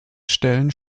stellen